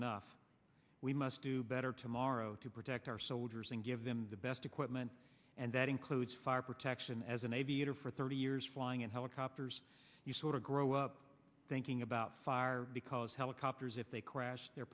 enough we must do better tomorrow to protect our soldiers and give them the best equipment and that includes fire protection as an aviator for thirty years flying in helicopters you sort of grow up thinking about fire because helicopters if they crash they're